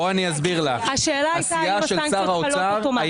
הכללי --- הסיעה של שר האוצר היא